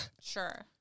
Sure